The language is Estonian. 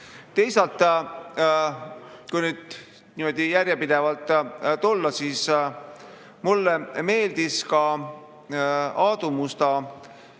Teisalt, kui nüüd järjepidev [olla], siis mulle meeldis ka Aadu Musta